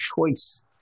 choice